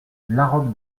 laroque